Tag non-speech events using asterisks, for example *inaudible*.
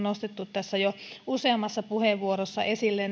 *unintelligible* nostettu tässä jo useammassa puheenvuorossa esille *unintelligible*